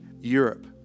Europe